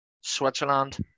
Switzerland